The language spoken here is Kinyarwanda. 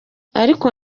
ariko